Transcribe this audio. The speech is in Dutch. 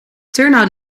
turnhout